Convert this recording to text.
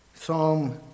Psalm